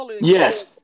Yes